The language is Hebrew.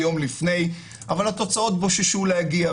אבל התוצאות בוששו להגיע,